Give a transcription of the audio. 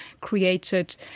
created